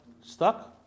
Stuck